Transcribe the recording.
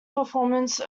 performance